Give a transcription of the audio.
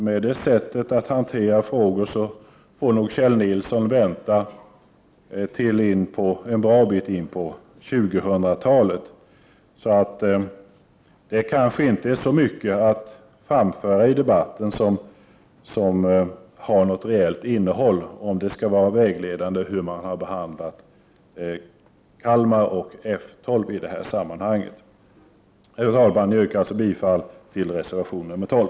Med det sättet att hantera frågan får nog Kjell Nilsson vänta till en bra bit in på 2000-talet. Det kanske inte är så mycket att framföra i debatten att det skall vara vägledande hur man har behandlat Kalmar och F 12. Herr talman! Jag yrkar således bifall till reservation nr 12.